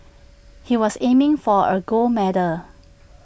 he was aiming for A gold medal